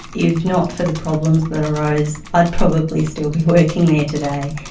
if not for the problems that arose i'd probably still be working there today,